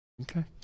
okay